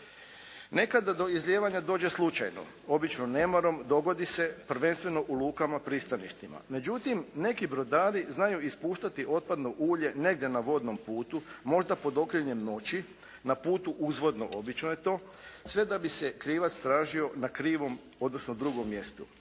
Nekada do izlijevanja dođe slučajno, obično nemarom dogodi se prvenstveno u lukama, pristaništima, međutim neki brodari znaju ispuštati otpadno ulje negdje na vodnom putu, možda pod okriljem noći, na putu uzvodno obično je to sve da bi se krivac tražio na krivom, odnosno drugom mjestu.